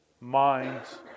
minds